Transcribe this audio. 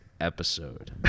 episode